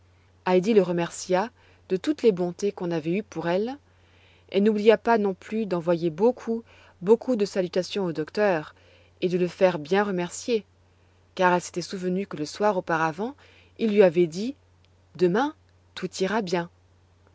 le remercia de toutes les bontés qu'on avait eues pour elle elle n'oublia pas non plus d'envoyer beaucoup beaucoup de salutations au docteur et de le faire bien remercier car elle s'était souvenue que le soir auparavant il lui avait dit demain tout ira bien